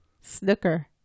Snooker